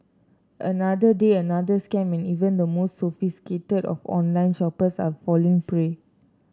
another day another scam and even the most sophisticated of online shoppers are falling prey